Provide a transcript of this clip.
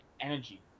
energy